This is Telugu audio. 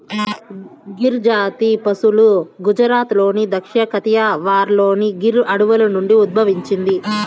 గిర్ జాతి పసులు గుజరాత్లోని దక్షిణ కతియావార్లోని గిర్ అడవుల నుండి ఉద్భవించింది